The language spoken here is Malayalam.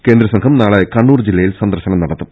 കേന്ദ്ര സംഘം നാളെ കണ്ണൂർ ജില്ലയിൽ സന്ദർശനം നടത്തും